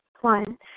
One